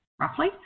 roughly